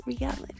reality